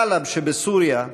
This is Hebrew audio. בחלב שבסוריה,